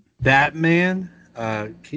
Batman